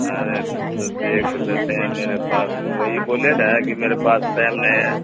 ارے تو دیکھ لیتے ہیں میرے پاس تو وہی بولے نا کہ میرے پاس ٹائم نہیں ہے